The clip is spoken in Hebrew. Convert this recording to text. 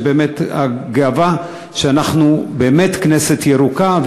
באמת גאווה שאנחנו באמת כנסת ירוקה,